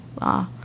law